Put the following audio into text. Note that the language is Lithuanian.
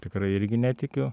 tikrai irgi netikiu